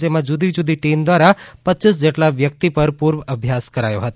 જેમાં જુદી જુદી ટીમ દ્રારા પચ્યીસ જેટલાં વ્યકિત પર પૂર્વ અભ્યાસ કરાયો હતો